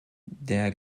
der